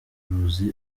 ruzi